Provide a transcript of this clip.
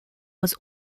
was